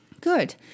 good